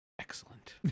excellent